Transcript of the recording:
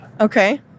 Okay